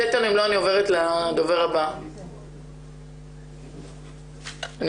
עולמית מעצימה בעצם נשים בכל העולם.